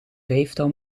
vijftal